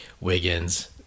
Wiggins